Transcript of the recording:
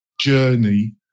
journey